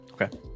Okay